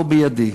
לא בידי.